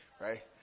right